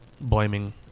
blaming